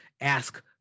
ask